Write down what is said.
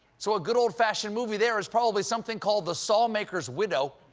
so a good old-fashioned movie there is probably something called the saw maker's widow,